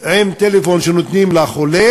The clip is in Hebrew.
עם טלפון שנותנים לחולה,